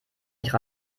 nicht